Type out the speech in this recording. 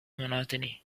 monotony